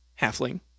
halfling